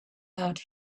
out